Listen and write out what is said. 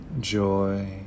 joy